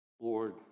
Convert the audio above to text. Lord